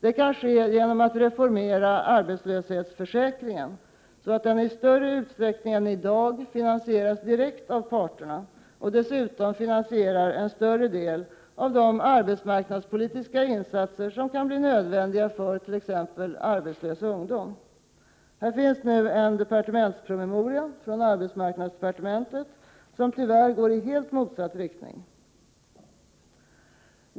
Det kan ske genom att reformera arbetslöshetsförsäkringen, så att den i större utsträckning än i dag finansieras direkt av parterna och dessutom finansierar en större del av de arbetsmarknadspolitiska insatser som kan bli nödvändiga för t.ex. arbetslös ungdom. Här finns nu en departementspromemoria från arbetsmarknadsdepartementet som tyvärr går i helt motsatt riktning.